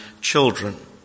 children